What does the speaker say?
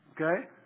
Okay